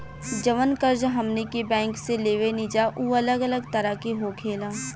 जवन कर्ज हमनी के बैंक से लेवे निजा उ अलग अलग तरह के होखेला